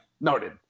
Noted